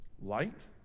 Light